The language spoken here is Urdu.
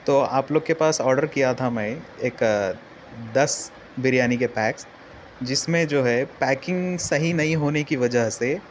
تو آپ لوگ کے پاس آڈر کیا تھا میں ایک دس بریانی کے پیکس جس میں جو ہے پیکنگ صحیح نہیں ہونے کی وجہ سے